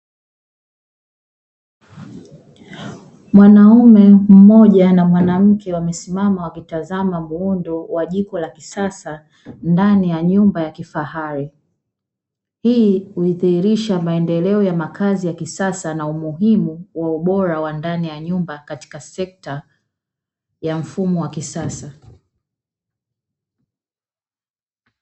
Mwanaume mmoja na mwanamke wamesimama wakitazama muundo wa jiko la kisasa ndani ya nyumba ya kifahari, hii huidhihirisha maendeleo ya makazi ya kisasa na umuhimu wa ubora wa ndani ya nyumba katika sekta ya mfumo wa kisasa.